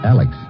Alex